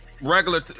regular